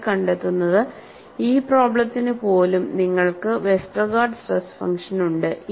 നിങ്ങൾ കണ്ടെത്തുന്നത് ഈ പ്രോബ്ലെത്തിന് പോലും നിങ്ങൾക്ക് ഒരു വെസ്റ്റർഗാർഡ് സ്ട്രെസ് ഫംഗ്ഷൻ ഉണ്ട്